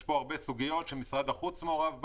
יש פה הרבה סוגיות שמשרד החוץ מעורב בהן,